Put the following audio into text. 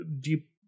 deep